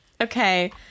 Okay